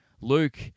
Luke